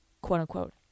quote-unquote